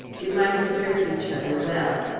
we might have served each other well.